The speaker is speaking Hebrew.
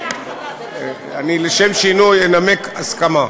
לשם שינוי אנמק הסכמה.